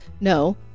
no